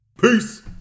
peace